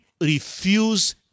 refuse